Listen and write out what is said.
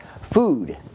food